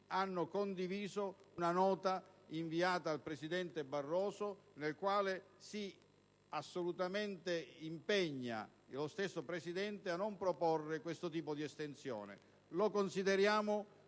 hanno condiviso una nota inviata al presidente Barroso nella quale si impegna lo stesso Presidente a non proporre questo tipo di estensione. Lo consideriamo